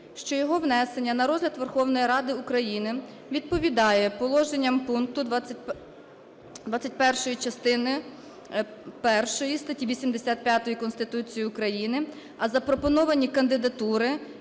що його внесення на розгляд Верховної Ради України відповідає положенням пункту 21 частини першої статті 85 Конституції України, а запропоновані кандидатури